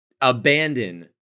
abandon